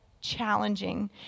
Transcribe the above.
challenging